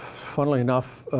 funnily enough,